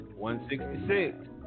166